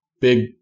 big